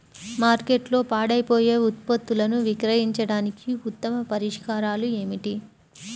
మార్కెట్లో పాడైపోయే ఉత్పత్తులను విక్రయించడానికి ఉత్తమ పరిష్కారాలు ఏమిటి?